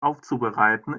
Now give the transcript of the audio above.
aufzubereiten